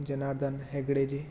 Janardan Hegde जि